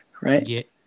right